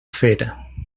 fer